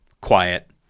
quiet